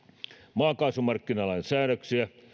maakaasumarkkinalain säädöksiä